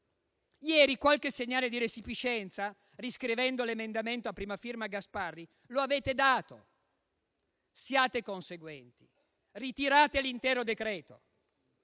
Ieri qualche segnale di resipiscenza, riscrivendo l'emendamento a prima firma Gasparri, lo avete dato. Siate conseguenti, ritirate l'intero decreto-legge.